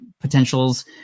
potentials